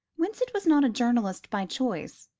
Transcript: winsett was not a journalist by choice.